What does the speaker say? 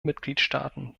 mitgliedstaaten